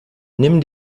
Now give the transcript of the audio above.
nimm